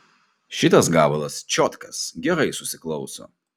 šitas gabalas čiotkas gerai susiklauso